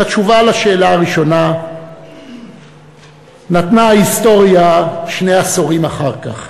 את התשובה על השאלה הראשונה נתנה ההיסטוריה שני עשורים אחר כך.